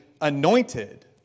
anointed